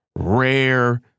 Rare